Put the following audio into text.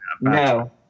no